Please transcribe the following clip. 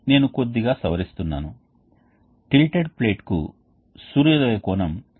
కాబట్టి వాటి మధ్య ఒక ఘన అవరోధం ఉండవచ్చు దీని ద్వారా ఉష్ణ బదిలీ జరుగుతుంది కానీ ఈ ఉష్ణ బదిలీ నిల్వ మాధ్యమం ద్వారా కాదు